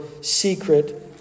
secret